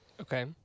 Okay